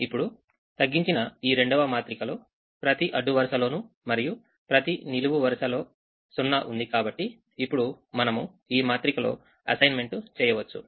ఇప్పుడు తగ్గించిన ఈ రెండవ మాత్రికలో ప్రతి అడ్డు వరుసలోను మరియు ప్రతి నిలువు వరుసలో సున్నా ఉంది కాబట్టిఇప్పుడు మనము ఈ మాత్రికలో అసైన్మెంట్ చేయవచ్చు